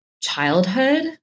childhood